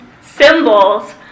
symbols